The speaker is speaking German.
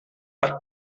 hat